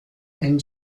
and